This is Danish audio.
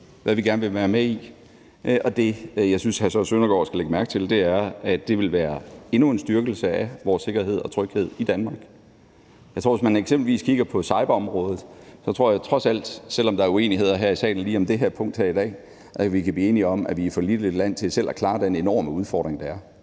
hvad vi gerne vil være med i, og det, jeg synes at Søren Søndergaard skal lægge mærke til, er, at det ville være endnu en styrkelse af vores sikkerhed og tryghed i Danmark. Hvis man eksempelvis kigger på cyberområdet, tror jeg trods alt, selv om der er uenigheder her i salen lige om det her punkt i dag, at vi kan blive enige om, at vi er for lille et land til selv at klare den enorme udfordring, der er.